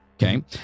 Okay